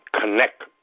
connect